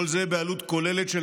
כל זה בעלות כוללת של